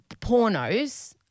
pornos